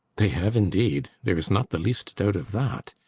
they have, indeed. there is not the least doubt of that.